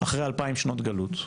אחרי אלפיים שנות גלות.